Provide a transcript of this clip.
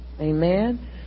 Amen